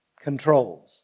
controls